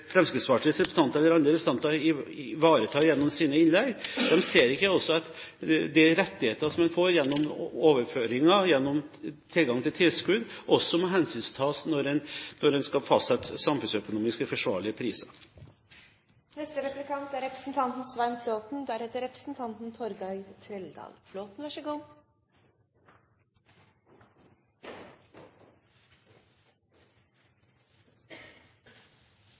Fremskrittspartiets representanter eller andre representanter ivaretar gjennom sine innlegg. De ser ikke at også de rettighetene man får gjennom overføringer og tilgang til tilskudd, må hensyntas når man skal fastsette samfunnsøkonomisk forsvarlige priser. Jeg er